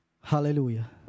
hallelujah